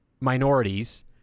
minorities